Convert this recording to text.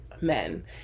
men